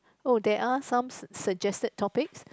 oh there are some su~ suggested topic